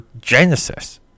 Genesis